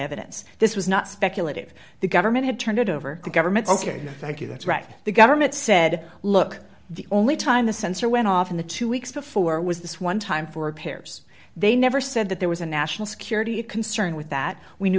evidence this was not speculative the government had turned it over the government ok thank you that's right the government said look the only time the sensor went off in the two weeks before was this one time for repairs they never said that there was a national security concern with that we knew